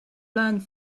learned